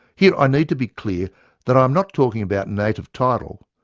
here i need to be clear that i am not talking about native title,